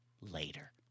later